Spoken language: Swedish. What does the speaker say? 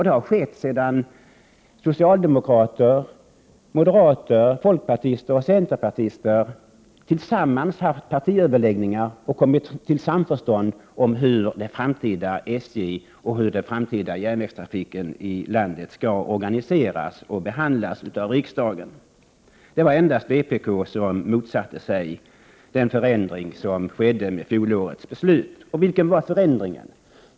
Detta skedde sedan 11 socialdemokraterna, moderaterna, folkpartiet och centerpartiet hade haft överläggningar och kommit fram till samförstånd om hur det framtida SJ och den framtida järnvägstrafiken i landet skulle organiseras och hur frågan skulle behandlas av riksdagen. Endast vpk motsatte sig den förändring som skedde enligt fjolårets beslut. Vilken var förändringen?